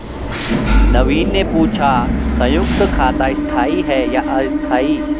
नवीन ने पूछा संयुक्त खाता स्थाई है या अस्थाई